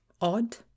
odd